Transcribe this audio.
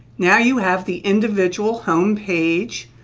now, you have the individual home page,